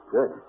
Good